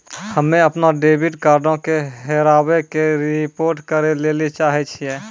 हम्मे अपनो डेबिट कार्डो के हेराबै के रिपोर्ट करै लेली चाहै छियै